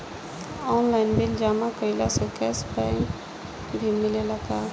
Online bill जमा कईला से कैश बक भी मिलेला की?